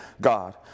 God